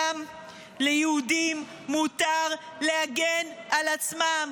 גם ליהודים מותר להגן על עצמם,